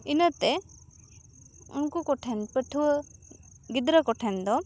ᱤᱱᱟᱹ ᱛᱮ ᱩᱱᱠᱩ ᱠᱚᱴᱷᱮᱱ ᱯᱟ ᱴᱷᱩᱣᱟᱹ ᱜᱤᱫᱽᱨᱟᱹ ᱠᱚᱴᱷᱮᱱ ᱫᱚ